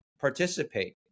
Participate